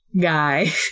guy